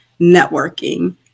networking